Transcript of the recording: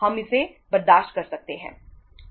हम इसे बर्दाश्त कर सकते हैं